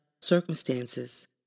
circumstances